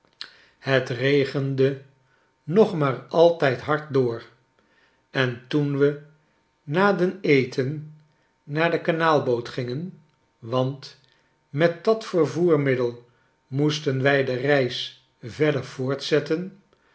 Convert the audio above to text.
het regende nog maar altijd hard door en toen we na den eten naar de kanaalboot gingen want met dat vervoermiddel moesten wij de reis verder voortzetten